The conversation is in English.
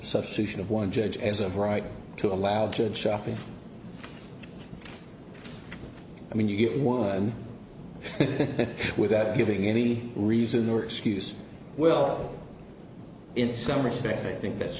substitution of one judge as of right to allow good shopping i mean you get one without giving any reason or excuse well in some respects i think that's